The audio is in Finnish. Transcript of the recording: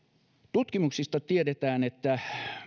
tutkimuksista tiedetään että